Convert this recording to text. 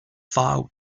file